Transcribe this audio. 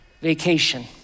vacation